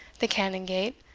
the canongate,